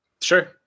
Sure